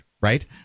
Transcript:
right